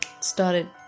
started